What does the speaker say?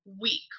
week